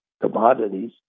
commodities